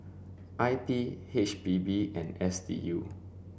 I P H P B and S D U